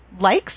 likes